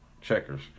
checkers